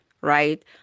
right